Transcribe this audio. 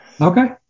Okay